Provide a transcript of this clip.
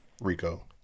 rico